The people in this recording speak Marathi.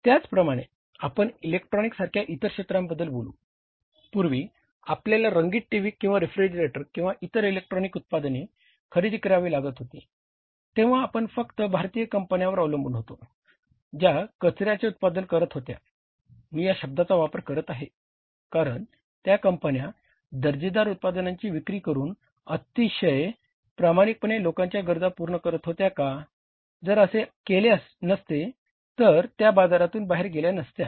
त्याचप्रमाणे आपण इलेक्ट्रॉनिकसारख्या इतर क्षेत्रांबद्दल बोलू पूर्वी आपल्याला रंगीत टीव्ही किंवा रेफ्रिजरेटर किंवा इतर इलेक्ट्रॉनिक उत्पादने खरेदी करावी लागत होती तेंव्हा आपण फक्त भारतीय कंपन्यांवरच अवलंबून होतो ज्या कचऱ्याचे उत्पादन करत होत्या मी या शब्दाचा वापर करत आहे कारण त्या कंपन्या दर्जेदार उत्पादनांची विक्री करून अतिशय प्रामाणिकपणे लोकांच्या गरजा पूर्ण करत होत्या का जर असे केले नसते तर त्या बाजारातून बाहेर गेल्या नसत्या